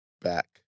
back